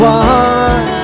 one